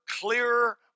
clearer